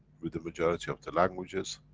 with the majority of the languages.